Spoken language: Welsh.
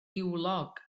niwlog